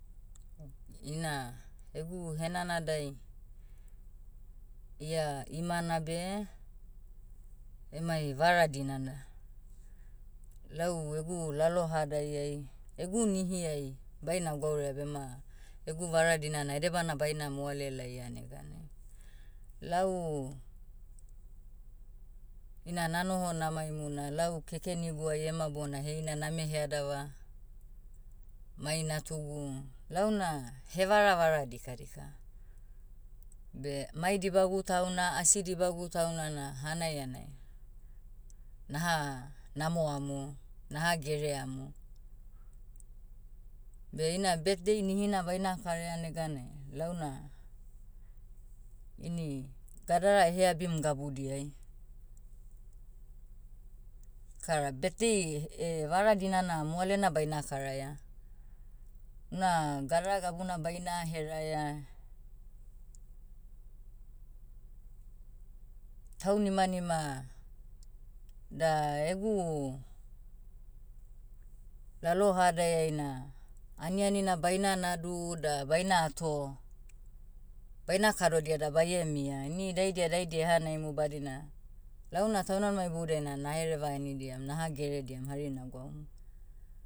Ina egu henanadai, ia imana beh, emai vara dinana. Lau egu lalohadaiai, egu nihiai, baina gwauraia bema, egu vara dinana edebana baina moale laia neganai. Lau, ina nanoho namaimu na lau kekeniguai ema bona heina name headava, mai natugu, launa hevaravara dikadika. Beh mai dibagu tauna asi dibagu tauna na hanaianai, naha namoamu, naha gereamu. Beh ina birthday nihina baina karaia neganai launa, ini gadara eheabim gabudiai, kara birthday, vara dinana moalena baina karaia. Una gadara gabuna baina heraia, taunimanima, da egu, lalohadaiai na, aniani na baina nadu da baina ato. Baina kadodia da baie mia. Ini daidia daidia ehanaimu badina, launa taunimanima iboudiai na nahereva henidiam naha gerediam hari nagwaumu.